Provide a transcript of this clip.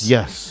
Yes